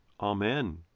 Amen